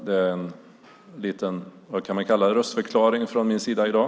Det är vad vi kan kalla en liten röstförklaring från min sida i dag.